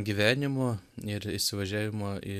gyvenimo ir įsivažiavimo į